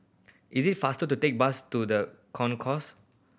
is it faster to take bus to The Concourse